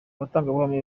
batangabuhamya